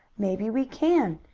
maybe we can.